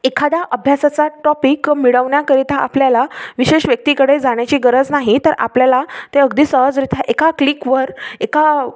एखाद्या अभ्यासाचा टॉपिक मिळवण्याकरिता आपल्याला विशेष व्यक्तीकडे जाण्याची गरज नाही तर आपल्याला ते अगदी सहजरीत्या एका क्लिकवर एका